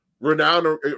renowned